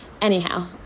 anyhow